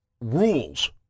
rules